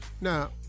Now